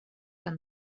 han